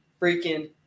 freaking